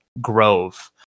grove